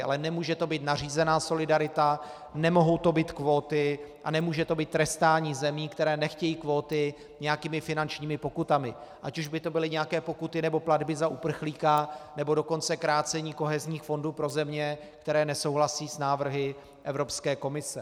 Ale nemůže to být nařízená solidarita, nemohou to být kvóty a nemůže to být trestání zemí, které nechtějí kvóty, nějakými finančními pokutami, ať už by to byly nějaké pokuty, nebo platby za uprchlíka, nebo dokonce krácení kohezních fondů pro země, které nesouhlasí s návrhy Evropské komise.